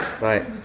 Right